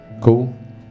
Cool